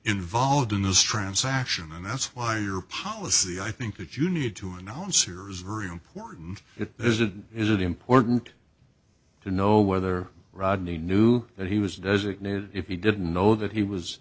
involved in this transaction and that's why your policy i think that you need to announce here is very important it isn't is it important to know whether rodney knew that he was designated if he didn't know that he was